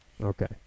Okay